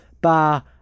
bar